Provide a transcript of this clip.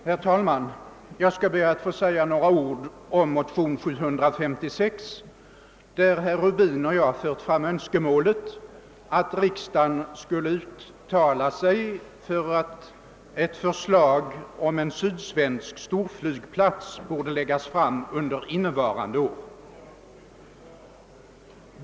Herr talman! Jag skall be att få säga några ord om motion II: 756, i vilken herr Rubin och jag framfört önskemålet att riksdagen skulle uttala sig för att ett förslag om en sydsvensk storflygplats borde läggas fram under innevarande år.